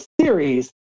series